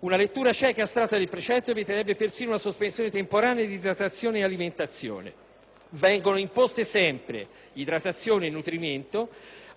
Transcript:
Una lettura cieca ed astratta del precetto vieterebbe persino una sospensione temporanea di idratazione ed alimentazione. Vengono imposte sempre idratazione e nutrimento